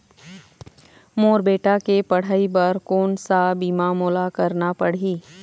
मोर बेटा के पढ़ई बर कोन सा बीमा मोला करना पढ़ही?